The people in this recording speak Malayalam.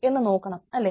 എന്ന് നോക്കണം അല്ലേ